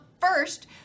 first